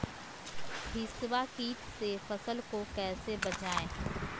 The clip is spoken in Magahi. हिसबा किट से फसल को कैसे बचाए?